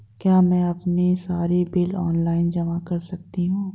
क्या मैं अपने सारे बिल ऑनलाइन जमा कर सकती हूँ?